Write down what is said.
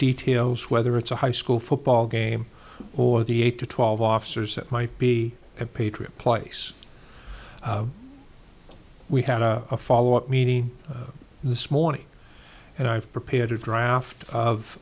details whether it's a high school football game or the eight to twelve officers it might be a patriot place we had a follow up meeting this morning and i've prepared a draft of